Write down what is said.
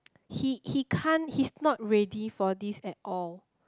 he he can't he's not ready for this at all